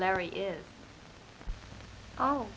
larry is oh